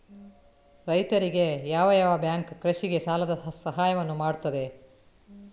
ರೈತರಿಗೆ ಯಾವ ಯಾವ ಬ್ಯಾಂಕ್ ಕೃಷಿಗೆ ಸಾಲದ ಸಹಾಯವನ್ನು ಮಾಡ್ತದೆ?